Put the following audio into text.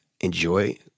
enjoy